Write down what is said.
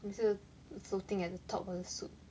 每次 floating at the top of the soup